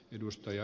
edustaja